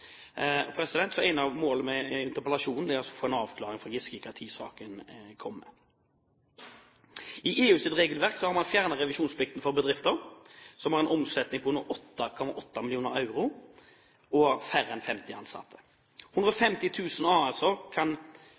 av målene med interpellasjonen er å få en avklaring fra Giske om når saken vil komme. I EUs regelverk har man fjernet revisjonsplikten for bedrifter som har en omsetning på under 8,8 mill. euro og færre enn 50 ansatte. 150 000 AS-er kan